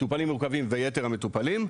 מטופלים מורכבים ויתר המטופלים,